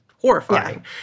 horrifying